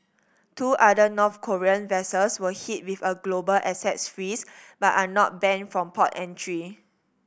two other North Korean vessels were hit with a global assets freeze but are not banned from port entry